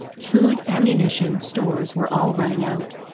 food, ammunition, stores were all running out.